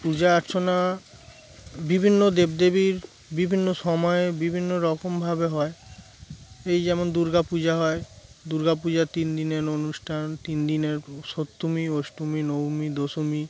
পূজা অর্চনা বিভিন্ন দেবদেবীর বিভিন্ন সময়ে বিভিন্ন রকমভাবে হয় এই যেমন দুর্গাপূজা হয় দুর্গাাপূজা তিন দিনের অনুষ্ঠান তিন দিনের সপ্তমী অষ্টমী নবমী দশমী